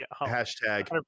Hashtag